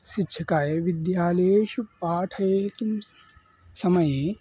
शिक्षकाय विद्यालयेषु पाठयितुं समये